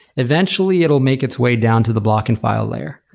eventually, it will make its way down to the block and file layer.